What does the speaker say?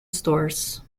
stores